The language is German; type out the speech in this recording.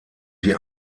die